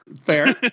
fair